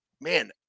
man